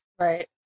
Right